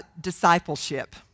discipleship